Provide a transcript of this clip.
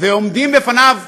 ועומדים בפניו,